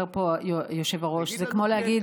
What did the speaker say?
בדיוק, אומר פה היושב-ראש: זה כמו להגיד